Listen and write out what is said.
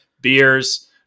beers